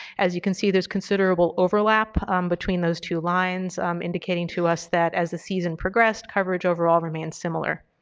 as you can see, there's considerable overlap between those two lines um indicating to us that as the season progressed coverage overall remained similar.